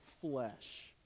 flesh